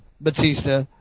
Batista